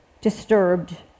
disturbed